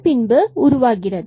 இதன் பின்பு உருவாகிறது